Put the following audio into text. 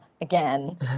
again